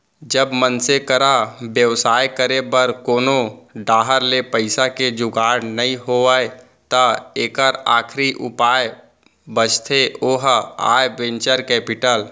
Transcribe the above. जब मनसे करा बेवसाय करे बर कोनो डाहर ले पइसा के जुगाड़ नइ होय त एक आखरी उपाय बचथे ओहा आय वेंचर कैपिटल